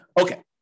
Okay